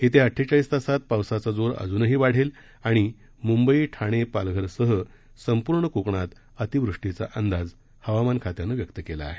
येत्या अड्वेचाळीस तासांत पावसाचा जोर अजूनही वाढेल आणि मुंबई ठाणे पालघर सह संपूर्ण कोकणात अतिवृष्टीचा अंदाज हवामान खात्यानं वर्तवला आहे